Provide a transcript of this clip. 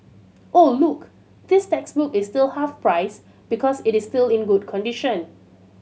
oh look this textbook is still half price because it is still in good condition